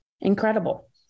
Incredible